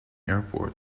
airport